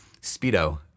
speedo